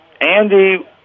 Andy